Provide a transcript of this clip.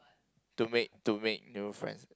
to make to make new friends